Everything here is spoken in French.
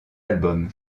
album